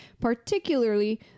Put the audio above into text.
particularly